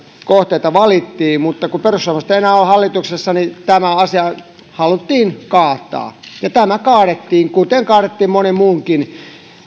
kohteita valitsimme mutta kun perussuomalaiset eivät ole enää hallituksessa niin tämä asia haluttiin kaataa ja tämä kaadettiin kuten kaadettiin monen muunkin